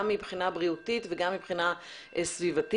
מבחינה בריאותית וגם מבחינה סביבתית.